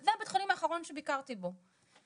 זה בית החולים האחרון שביקרתי בו.